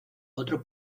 otro